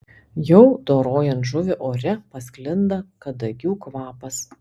jau dorojant žuvį ore pasklinda kadagių kvapas